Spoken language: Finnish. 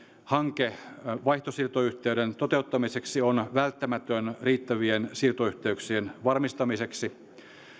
hanke vaihtosiirtoyhteyden toteuttamiseksi on välttämätön riittävien siirtoyhteyksien varmistamiseksi